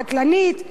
קטלנית,